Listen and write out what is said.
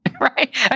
right